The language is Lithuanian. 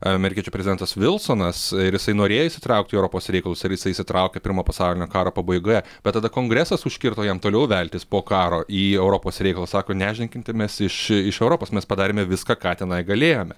amerikiečių prezidentas vilsonas ir jisai norėjo įsitraukt į europos reikalus ir jisai įsitraukė pirmo pasaulinio karo pabaigoje bet tada kongresas užkirto jam toliau veltis po karo į europos reikalus sako nešdinkintimės iš iš europos mes padarėme viską ką tenai galėjome